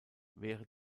wäre